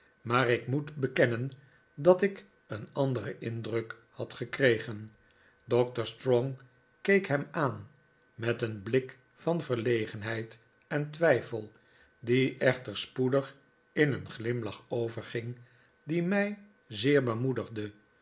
maar ik moet bekennen dat ik een anderen indruk had gekregen doctor strong keek hem aan met een blik van verlegenheid en twijfel die echter spoedig in een glimlach overging die mij zeer bemoedigde